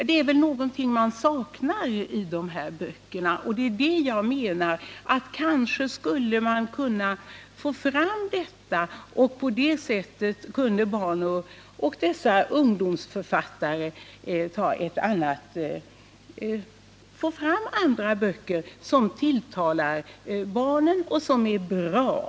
Det är väl någonting de saknar i böckerna, och jag menar att man kanske kunde få fram det, så att barnoch ungdomsboksförfattare kunde skriva andra böcker, som tilltalar barnen och som är bra.